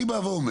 אני בא ואומר,